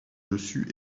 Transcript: dessus